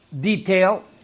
detail